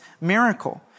miracle